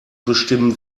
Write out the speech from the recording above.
bestimmen